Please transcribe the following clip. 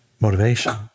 motivation